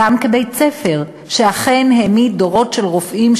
גם כבית-ספר, שאכן העמיד דורות של רופאים,